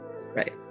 right